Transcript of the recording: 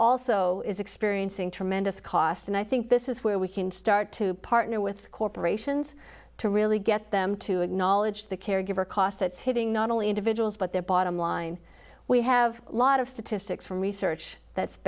also is experiencing tremendous cost and i think this is where we can start to partner with corporations to really get them to acknowledge the caregiver costs that's hitting not only individuals but their bottom line we have a lot of statistics from research that's